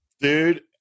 Dude